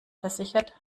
versichert